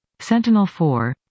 Sentinel-4